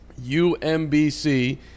UMBC